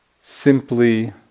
simply